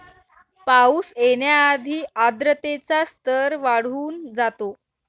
पाऊस येण्याआधी आर्द्रतेचा स्तर वाढून जातो